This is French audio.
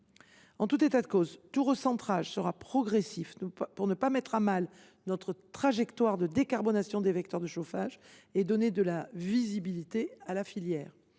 En tout état de cause, tout recentrage sera progressif, afin de ne pas mettre à mal notre trajectoire de décarbonation des vecteurs de chauffage et donner de la visibilité à la filière.